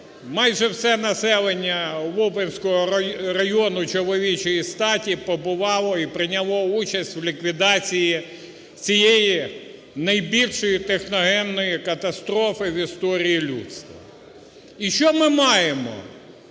майже все населення Лубенського району чоловічої статі побувало і прийняло участь у ліквідації цієї найбільшої техногенної катастрофи в історії людства. І що ми маємо,